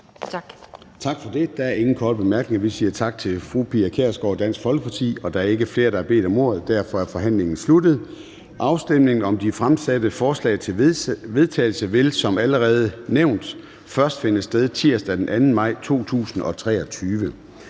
Gade): Der er ingen korte bemærkninger. Vi siger tak til fru Pia Kjærsgaard, Dansk Folkeparti. Der er ikke flere, der har bedt om ordet, og derfor er forhandlingen sluttet. Afstemning om de fremsatte forslag til vedtagelse vil som allerede nævnt først finde sted tirsdag den 2. maj 2023.